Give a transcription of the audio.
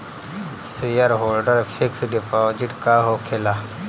Shareholder fix deposit का होखे ला?